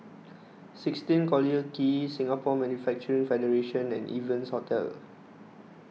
sixteen Collyer Quay Singapore Manufacturing Federation and Evans Hostel